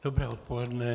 Dobré odpoledne.